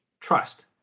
Trust